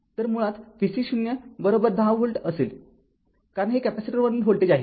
तर मुळात vc 0 १० volt असेल कारण हे कॅपेसिटरवरील व्होल्टेज आहे